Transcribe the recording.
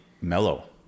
mellow